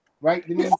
Right